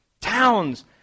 towns